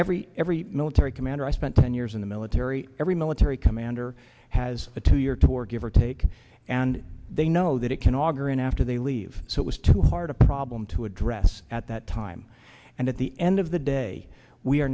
every every military commander i spent ten years in the military every military commander has a two year tour give or take and they know that it can auger in after they leave so it was too hard a problem to address at that time and at the end of the day we are